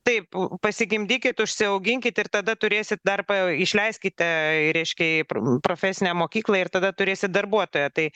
taip pasigimdykit užsiauginkit ir tada turėsit dar pa išleiskite reiškia į pr profesinę mokyklą ir tada turėsit darbuotoją tai